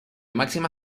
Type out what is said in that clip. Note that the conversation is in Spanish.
máxima